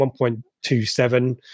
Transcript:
1.27